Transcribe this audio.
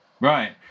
Right